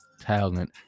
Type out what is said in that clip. talent